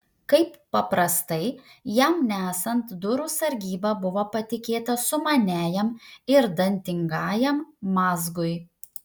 kaip paprastai jam nesant durų sargyba buvo patikėta sumaniajam ir dantingajam mazgui